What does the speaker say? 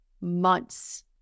months